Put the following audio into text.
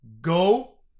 go